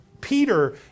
Peter